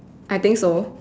I think so